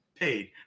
Paid